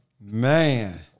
man